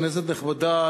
כנסת נכבדה,